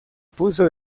puso